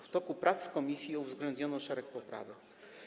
W toku prac komisji uwzględniono szereg poprawek.